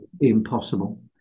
impossible